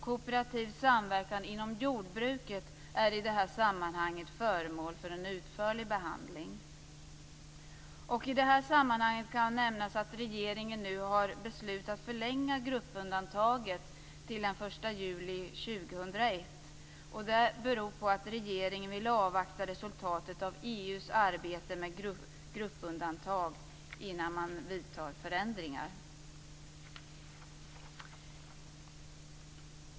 Kooperativ samverkan inom jordbruket är i detta sammanhang föremål för en utförlig behandling. I detta sammanhang kan nämnas att regeringen nu har beslutat att förlänga gruppundantaget till den 1 juli 2001. Det beror på att regeringen vill avvakta resultatet av EU:s arbete med gruppundantag innan man vidtar förändringar.